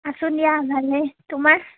আছোঁ দিয়া ভালেই তোমাৰ